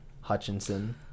Hutchinson